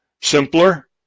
simpler